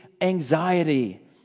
anxiety